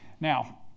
Now